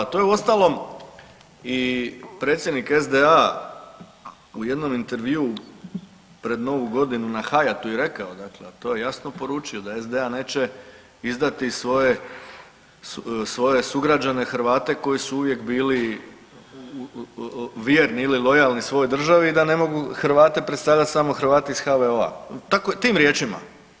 To je uostalom i predsjednik SDA u jednom intervjuu pred novu godinu na Hayatu i rekao dakle, a to je jasno poručio da SDA neće izdati svoje sugrađane Hrvate koji su uvijek bili vrijedni ili lojalni svojoj državi i da ne mogu Hrvate predstavljati samo Hrvati iz HVO-a, tako tim riječima.